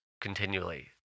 continually